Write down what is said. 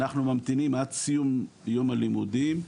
אנחנו ממתינים עד סיום יום הלימודים,